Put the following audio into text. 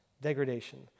degradation